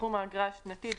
סכום האגרה השנתית,